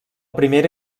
primera